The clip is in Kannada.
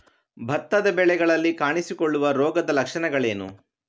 ಭತ್ತದ ಬೆಳೆಗಳಲ್ಲಿ ಕಾಣಿಸಿಕೊಳ್ಳುವ ರೋಗದ ಲಕ್ಷಣಗಳೇನು?